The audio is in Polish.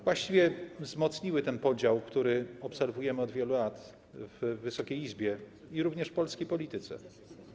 Właściwie wzmocniły ten podział, który obserwujemy od wielu lat w Wysokiej Izbie i również w polskiej polityce.